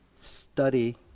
study